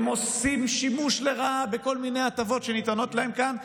הם עושים שימוש לרעה בכל מיני הטבות שניתנות להם כאן,